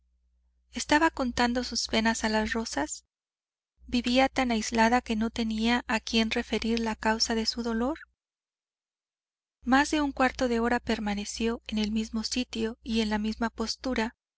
estaba contando sus penas a las rosas vivía tan aislada que no tenía a quién referir la causa de su dolor más de un cuarto de hora permaneció en el mismo sitio y en la misma postura